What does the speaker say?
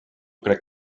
crec